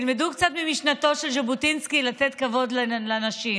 תלמדו קצת ממשנתו של ז'בוטינסקי לתת כבוד לנשים.